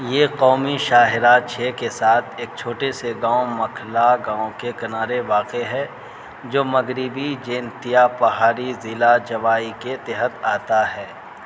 یہ قومی شاہراہ چھ کے ساتھ ایک چھوٹے سے گاؤں مکھلا گاؤں کے کنارے واقع ہے جو مغربی جینتیا پہاڑی ضلع جوائی کے تحت آتا ہے